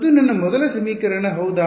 ಅದು ನನ್ನ ಮೊದಲ ಸಮೀಕರಣ ಹೌದಾ